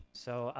so,